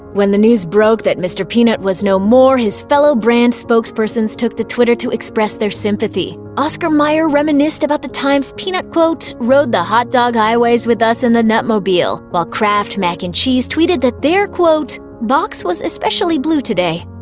when the news broke that mr. peanut was no more, his fellow brand spokespersons took to twitter to express their sympathy. oscar mayer reminisced about the times peanut, quote, rode the hot dog highways with us in the nutmobile, while kraft mac and cheese tweeted that their, quote, box was especially blue today.